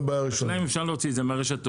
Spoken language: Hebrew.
השאלה אם אפשר להוציא את זה מהרשתות.